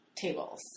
tables